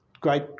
great